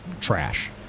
trash